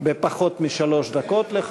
לחלק לפחות משלוש דקות.